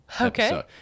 okay